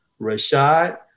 Rashad